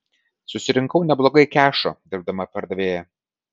susirinkau neblogai kešo dirbdama pardavėja